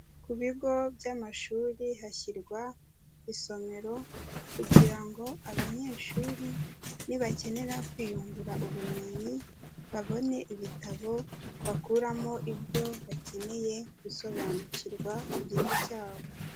Ku bigo by'amashuri hashyirwa isomero kugira ngo abanyeshuri nibakenera kwiyungura ubumenyi, babone ibitabo bakuramo ibyo bakeneye gusobanukirwa ku giti cyabo.